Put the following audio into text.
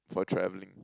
for travelling